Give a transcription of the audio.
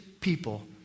people